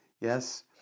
Yes